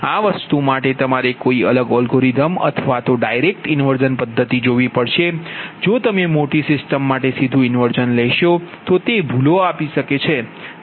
આ વસ્તુ માટે તમારે કોઈ અલગ અલગોરિધમ અથવા તો ડાયરેક્ટ ઇન્વર્ઝન પધ્ધતી જોવી પડશે જો તમે મોટી સિસ્ટમ માટે સીધુ ઇન્વર્ઝન લેશો તો તે ભૂલો આપી શકે છે